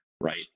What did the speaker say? Right